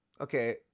okay